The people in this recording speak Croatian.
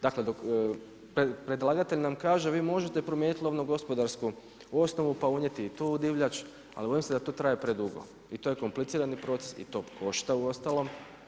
Dakle, predlagatelj nam kaže vi možete promijeniti lovno-gospodarsku osnovu pa unijeti i tu divljač, ali bojim se da to traje predugo i to je komplicirani proces i to košta uostalom.